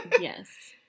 Yes